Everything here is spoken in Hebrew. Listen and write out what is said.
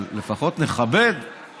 אבל לפחות נכבד את החברים.